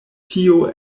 tio